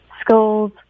Schools